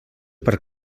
per